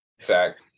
fact